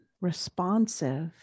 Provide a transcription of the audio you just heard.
responsive